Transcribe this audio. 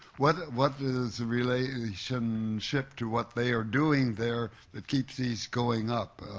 what what is the relationship to what they are doing there that keeps these going up?